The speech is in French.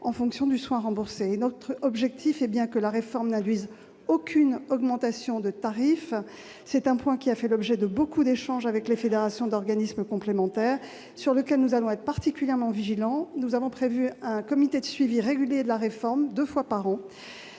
en fonction du soin remboursé. Notre objectif est bien que la réforme n'induise aucune augmentation de tarif. C'est un point ayant fait l'objet de nombreux échanges avec les fédérations d'organismes complémentaires, et sur lequel nous serons particulièrement vigilants. Nous avons prévu un comité de suivi de la réforme, qui se